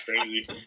crazy